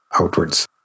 outwards